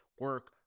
Work